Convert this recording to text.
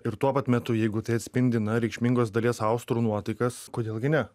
ir tuo pat metu jeigu tai atspindi na reikšmingos dalies austrų nuotaikas kodėl gi ne